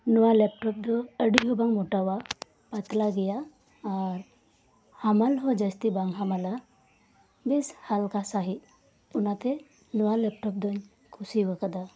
ᱱᱚᱣᱟ ᱞᱮᱯᱴᱚᱯ ᱫᱚ ᱟᱹᱰᱤ ᱦᱚᱸ ᱵᱟᱝ ᱢᱚᱴᱟᱭᱟ ᱯᱟᱛᱞᱟ ᱜᱮᱭᱟ ᱟᱨ ᱦᱟᱢᱟᱞ ᱦᱚᱸ ᱡᱟᱹᱥᱛᱤ ᱵᱟᱝ ᱦᱟᱢᱟᱞᱟ ᱵᱮᱥ ᱦᱟᱞᱠᱟ ᱥᱟᱹᱦᱤᱡ ᱚᱱᱟᱛᱮ ᱱᱚᱣᱟ ᱞᱮᱯᱴᱚᱯ ᱫᱩᱧ ᱠᱩᱥᱤ ᱟᱠᱟᱫᱟ